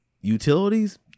Utilities